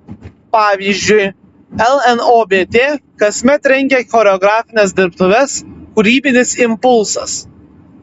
pavyzdžiui lnobt kasmet rengia choreografines dirbtuves kūrybinis impulsas